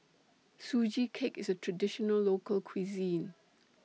Sugee Cake IS A Traditional Local Cuisine